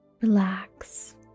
relax